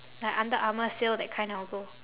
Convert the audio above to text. like under armour sale that kind I will go